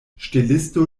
ŝtelisto